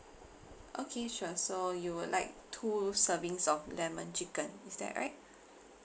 okay sure so you would like two servings of lemon chicken is that right